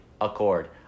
accord